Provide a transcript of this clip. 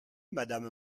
madame